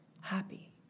happy